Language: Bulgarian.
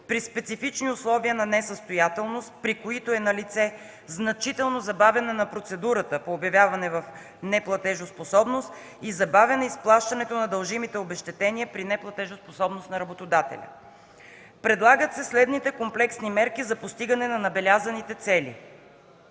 при специфични условия на несъстоятелност, при които е налице значително забавяне на процедурата по обявяване в неплатежоспособност и забавяне изплащането на дължимите обезщетения при неплатежоспособност на работодателя. Предлагат се следните комплексни мерки за постигане на набелязаните цели: